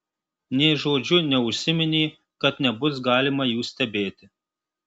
nė žodžiu neužsiminė kad nebus galima jų stebėti